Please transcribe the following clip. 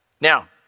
Now